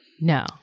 No